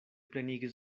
plenigis